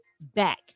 back